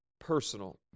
personal